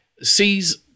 sees